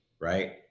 Right